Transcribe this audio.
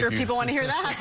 sure people want to hear that.